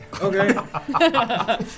Okay